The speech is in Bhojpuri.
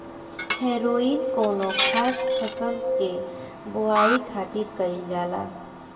हैरोइन कौनो खास फसल के बोआई खातिर कईल जाला